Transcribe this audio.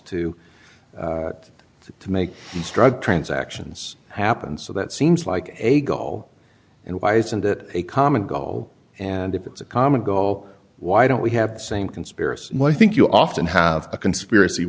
to to make these drug transactions happen so that seems like a goal and why isn't it a common goal and if it's a common goal why don't we have the same conspiracy well i think you often have a conspiracy